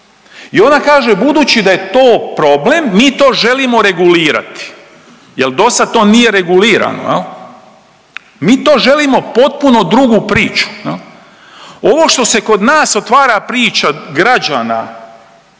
I ona kaže budući da je to problem mi to želimo regulirati jer dosad to nije regulirano jel. Mi to želimo potpuno drugu priču jel. Ovo što se kod nas otvara priča građana